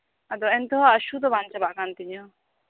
ᱟᱫᱚ ᱮᱱᱛᱮᱦᱚᱸ ᱦᱟᱹᱥᱩ ᱫᱚ ᱵᱟᱝ ᱪᱟᱵᱟᱜ ᱠᱟᱱ ᱛᱤᱧᱟ